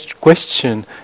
question